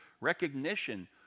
Recognition